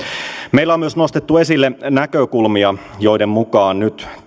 meillä on myös nostettu esille näkökulmia joiden mukaan nyt